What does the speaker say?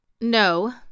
No